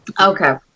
Okay